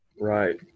Right